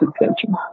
attention